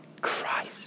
Christ